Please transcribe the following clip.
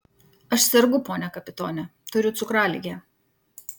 aš sergu pone kapitone turiu cukraligę